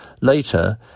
later